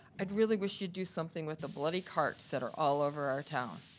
i'd really wish you'd do something with the bloody carts that are all over our town.